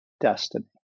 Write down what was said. destiny